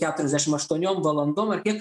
keturiasdešim aštuoniom valandom ar kiek